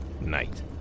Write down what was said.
Night